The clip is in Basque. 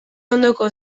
ondoko